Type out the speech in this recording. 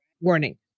warning